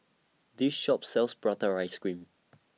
This Shop sells Prata Ice Cream